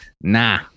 nah